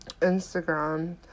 instagram